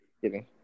Kidding